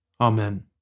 Amen